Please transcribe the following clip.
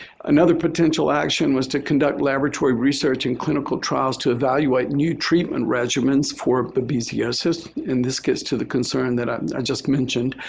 another potential action was to conduct laboratory research and clinical trials to evaluate new treatment regimens for babesiosis. in this case, to the concern that i just mentioned,